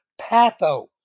patho